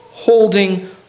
holding